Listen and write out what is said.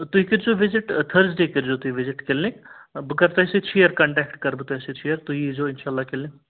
تُہۍ کٔرۍزیو visit Thursday کٔرۍزیو تُہۍ وِزِٹ کِلنِک بہٕ کَرٕ تۄہہِ سۭتۍ شِیَر کَنٹیکٹ کَرٕ بہٕ تۄہہِ سۭتۍ شِیَر تُہۍ ییٖزیو اِنشاء اللہ کِلنِک